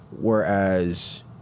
whereas